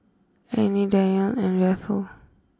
Annie Danyell and Raphael